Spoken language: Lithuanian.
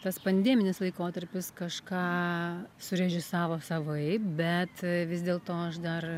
tas pandeminis laikotarpis kažką surežisavo savaip bet vis dėlto aš dar